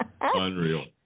Unreal